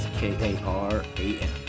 K-A-R-A-M